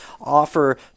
offer